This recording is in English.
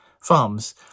farms